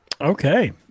Okay